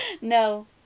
No